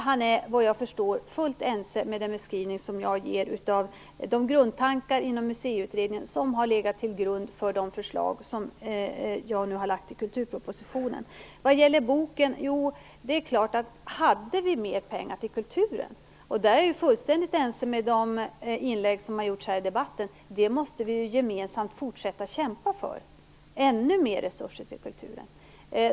Han är, såvitt jag förstår, helt ense med mig om den beskrivning som jag ger av de grundtankar inom Museiutredningen som har legat till grund för det förslag som jag nu har lagt i kulturpropositionen. Vad gäller boken, är det klart att vi gemensamt skall fortsätta att kämpa för ännu mer resurser till kulturen. Jag är fullständigt ense med dem som har varit uppe i den här debatten.